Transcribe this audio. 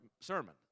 sermon